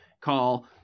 call